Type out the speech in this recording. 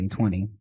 2020